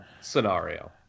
scenario